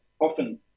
often